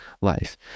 life